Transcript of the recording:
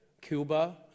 Cuba